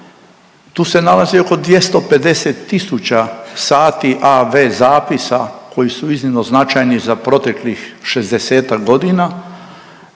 Tu se nalazi oko 250 tisuća sati AV zapisa koji su iznimno značajni za proteklih 60-ak godina